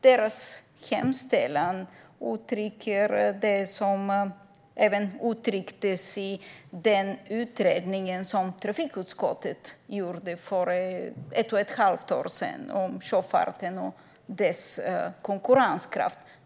Deras hemställan uttrycker det som även finns i den utredning som trafikutskottet gjorde för ett och ett halvt år sedan om sjöfarten och dess konkurrenskraft.